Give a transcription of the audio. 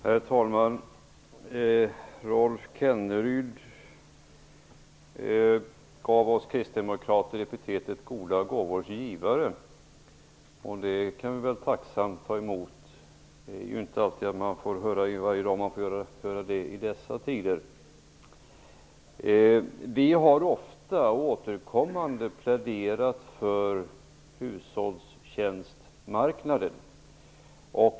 Herr talman! Rolf Kenneryd gav oss kristdemokrater epitetet goda gåvors givare. Det kan vi väl tacksamt ta emot. Det får man inte höra varje dag i dessa tider. Vi har återkommande pläderat för hushållstjänstmarknader.